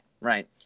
right